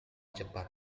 cepat